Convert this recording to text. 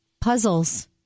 puzzles